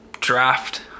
draft